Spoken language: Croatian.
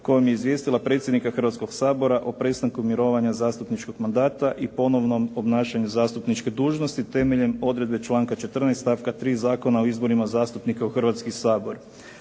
kojom je izvijestila predsjednika Hrvatskoga sabora o prestanku mirovanja zastupničkog mandata i ponovnom obnašanju zastupničke dužnosti temeljem odredbe članka 14. stavka 3. Zakona o izborima zastupnika u Hrvatski sabor.